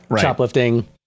shoplifting